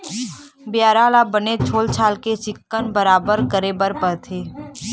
बियारा ल बने छोल छाल के चिक्कन बराबर करे बर परथे